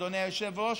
אדוני היושב-ראש,